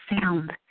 sound